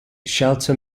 shelter